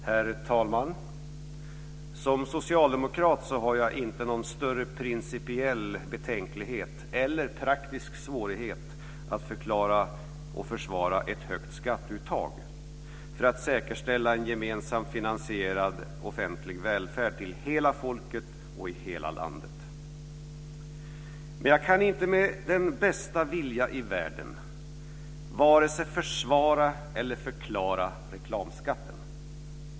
Herr talman! Som socialdemokrat har jag inga större principiella betänkligheter eller praktiska svårigheter när det gäller att förklara och försvara ett högt skatteuttag för att säkerställa en gemensamt finansierad offentlig välfärd till hela folket och i hela landet. Men jag kan inte med den bästa vilja i världen vare sig försvara eller förklara reklamskatten.